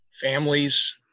families